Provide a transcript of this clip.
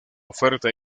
oferta